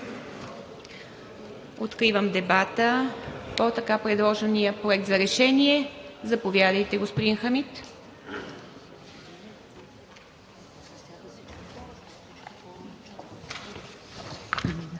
Откривам дебата по така предложения Проект за решение. Заповядайте, господин Хамид. ХАМИД